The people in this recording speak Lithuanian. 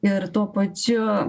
ir tuo pačiu